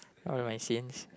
all of my sins